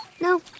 No